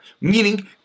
Meaning